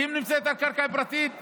כי הם נמצאים על קרקע פרטית,